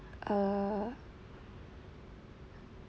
err